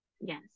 Yes